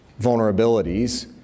vulnerabilities